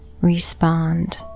respond